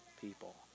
people